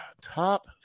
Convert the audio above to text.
Top